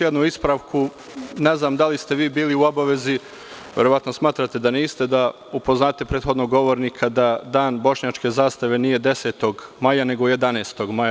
Ne znam da li ste vi bili u obavezi, verovatno smatrate da niste, da upoznate prethodnog govornika da Dan bošnjačke zastave nije 10. maja, nego 11. maja.